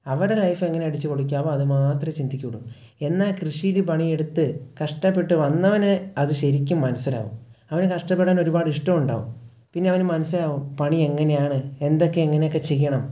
അവരുടെ ലൈഫ് എങ്ങനെ അടിച്ചു പൊളിക്കാമോ അത് മാത്രമേ ചിന്തിക്കുകയുള്ളൂ എന്നാൽ കൃഷിയിൽ പണിയെടുത്ത് കഷ്ടപ്പെട്ടു വന്നവന് അത് ശരിക്കും മനസ്സിലാവും അവന് കഷ്ടപ്പെടാൻ ഒരുപാട് ഇഷ്ടം ഉണ്ടാവും പിന്നെ അവന് മനസ്സിലാവും പണി എങ്ങനെയാണ് എന്തൊക്കെ എങ്ങനെയൊക്കെ ചെയ്യണം